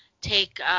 take